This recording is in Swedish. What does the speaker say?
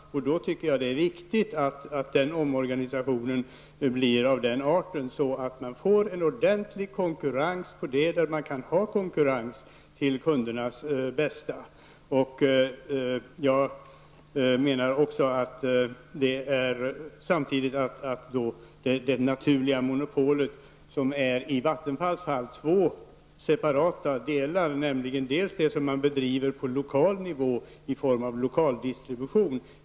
Det är viktigt att omorganisationen blir sådan att det skapas en ordentlig konkurrens på de områden där det går att ha konkurrens till kundernas bästa. Jag menar samtidigt att det naturliga monopolet för Vattenfall finns i två separata delar, varav en är lokaldistribution.